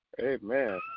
Amen